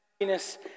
happiness